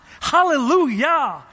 Hallelujah